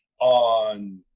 on